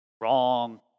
Wrong